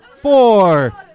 four